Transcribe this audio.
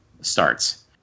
starts